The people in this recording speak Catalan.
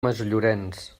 masllorenç